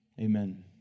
Amen